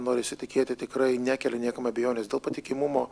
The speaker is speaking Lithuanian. norisi tikėti tikrai nekelia niekam abejonės dėl patikimumo